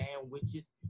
sandwiches